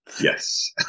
Yes